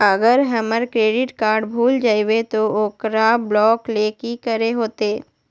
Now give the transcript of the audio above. अगर हमर credit card भूल जइबे तो ओकरा ब्लॉक लें कि करे होते?